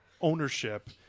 ownership